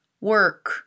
work